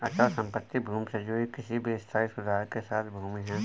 अचल संपत्ति भूमि से जुड़ी किसी भी स्थायी सुधार के साथ भूमि है